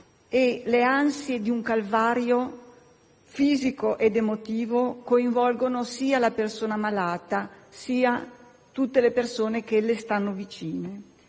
e le ansie di un calvario fisico ed emotivo coinvolgono sia la persona malata sia tutte le persone che le stanno vicine.